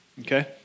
okay